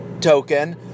token